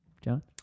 John